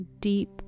deep